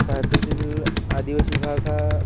भारतातील आदिवासी भाग हा